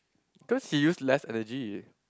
cause he use less energy